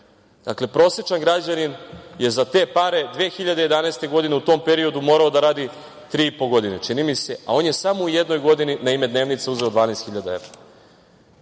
Dakle, prosečan građanin je za te pare 2011. godine u tom periodu morao da radi tri i po godine, čini mi se, a on je samo u jednoj godini na ime dnevnica uzeo 12.000